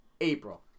April